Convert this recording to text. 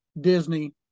Disney